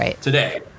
today